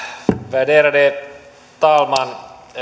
värderade talman